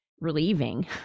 relieving